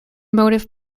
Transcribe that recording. motive